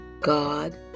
God